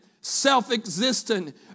self-existent